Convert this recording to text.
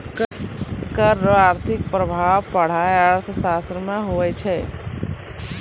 कर रो आर्थिक प्रभाब पढ़ाय अर्थशास्त्र मे हुवै छै